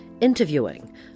Interviewing